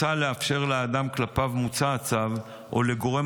מוצע לאפשר לאדם שכלפיו מוצא הצו או לגורם